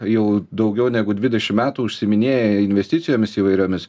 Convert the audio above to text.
jau daugiau negu dvidešim metų užsiiminėja investicijomis įvairiomis